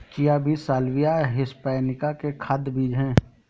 chia बीज Salvia hispanica के खाद्य बीज हैं